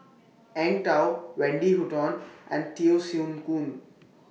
Eng Tow Wendy Hutton and Teo Soon